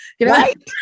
Right